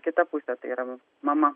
kita pusė tai yra vat mama